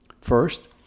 First